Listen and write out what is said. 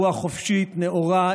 רוח חופשית נאורה,